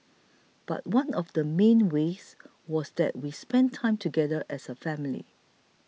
but one of the main ways was that we spent time together as a family